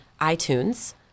iTunes